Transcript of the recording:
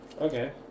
Okay